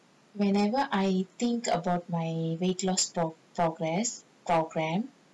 whenever I think about my weight loss pro~ progress